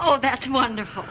oh that's wonderful